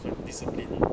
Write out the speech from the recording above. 很 disciplined 了